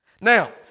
Now